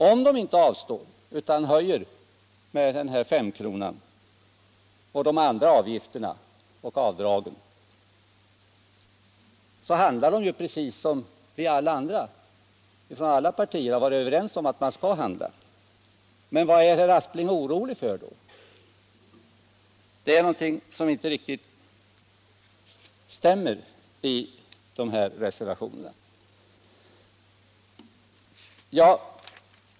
Om de inte avstår, utan höjer patientavgiften med den här S-kronan och ökar också de andra avgifterna och avdragen, handlar de ju precis som vi andra från alla partier har varit överens om att man skall handla. Vad är herr Aspling då orolig för? Det är någonting som inte riktigt stämmer i de här reservationerna.